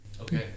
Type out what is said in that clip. Okay